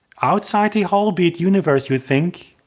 outside the whole beat universe you think?